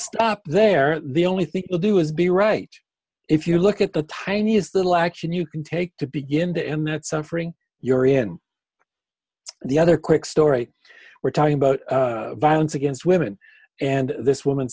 stop there the only thing you do is be right if you look at the tiniest little action you can take to begin to end that suffering you're in the other quick story we're talking about violence against women and this woman